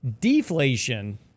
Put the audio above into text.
Deflation